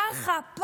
ככה,